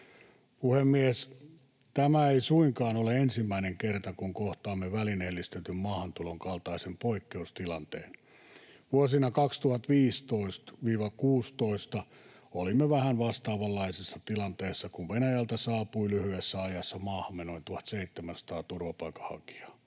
Puhemies! Tämä ei suinkaan ole ensimmäinen kerta, kun kohtaamme välineellistetyn maahantulon kaltaisen poikkeustilanteen. Vuosina 2015—2016 olimme vähän vastaavanlaisessa tilanteessa, kun Venäjältä saapui lyhyessä ajassa maahamme noin 1 700 turvapaikanhakijaa.